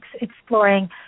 exploring